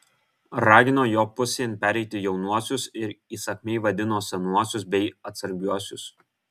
ragino jo pusėn pereiti jaunuosius ir įsakmiai vadino senuosius bei atsargiuosius